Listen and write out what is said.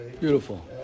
Beautiful